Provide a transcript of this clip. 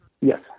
Yes